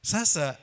Sasa